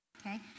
Okay